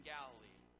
Galilee